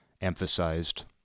emphasized